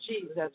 jesus